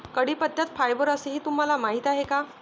कढीपत्त्यात फायबर असते हे तुम्हाला माहीत आहे का?